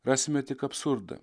rasime tik absurdą